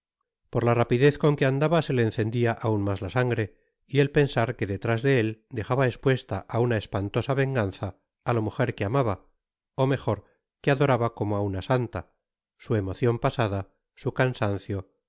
por la rapidez con que andaba se le encendia aun mas la sangre y el pensar que detrás de él dejaba espuesta á una espantosa venganza á la mujer que amaba ó mejor que adoraba como á una santa su emocion pasada su cansancio todo contribuia á